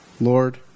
Lord